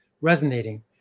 resonating